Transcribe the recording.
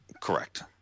Correct